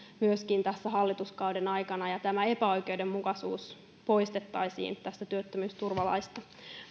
tässä hallituskauden aikana ja tämä epäoikeudenmukaisuus poistettaisiin työttömyysturvalaista